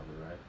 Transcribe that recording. right